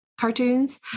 Cartoons